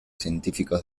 científicos